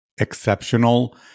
exceptional